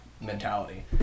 mentality